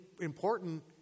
important